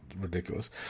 Ridiculous